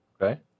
Okay